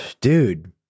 dude